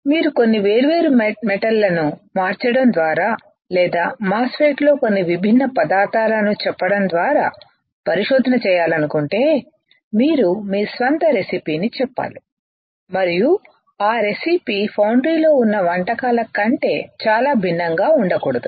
మీరు కొన్ని వేర్వేరు మెటల్లను మార్చడం ద్వారా లేదా మాస్ ఫెట్ లో కొన్ని విభిన్న పదార్థాలను చెప్పడం ద్వారా పరిశోధన చేయాలనుకుంటే మీరు మీ స్వంత రెసిపీని చెప్పాలి మరియు ఆ రెసిపీ ఫౌండ్రీలో ఉన్న రెసిపీ ల కంటే చాలా భిన్నంగా ఉండకూడదు